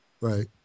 Right